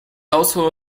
also